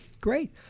Great